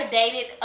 dated